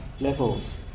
levels